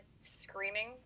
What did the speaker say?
screaming